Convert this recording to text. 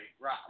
right